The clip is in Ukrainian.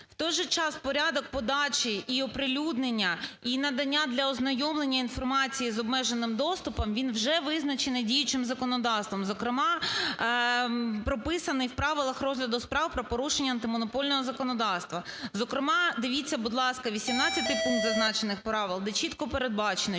в той же час порядок подачі і оприлюднення, і надання для ознайомлення інформації з обмеженим доступом, він вже визначений діючим законодавством, зокрема, прописаний в Правилах розгляду справ про порушення антимонопольного законодавства, зокрема, дивіться, будь ласка, 18 пункт зазначених правил, де чітко передбачено,